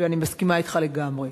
ואני מסכימה אתך לגמרי,